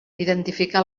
identificar